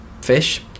fish